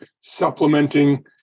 supplementing